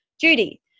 Judy